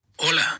Hola